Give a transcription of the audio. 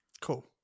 Cool